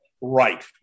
right